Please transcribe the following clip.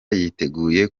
yiteguye